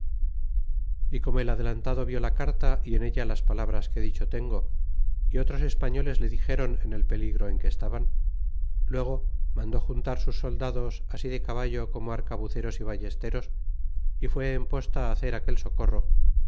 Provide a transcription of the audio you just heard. y como el adelantado vid la carta y en ella jac palabras que dicho tengo y otros españoles le dixeron en el peligro en que estaban luego mandó juntar sus soldados así de caballo como arcabuceros y ballesteros y fué en posta á ha cer aquel socorro